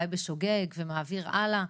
ומעביר הלאה.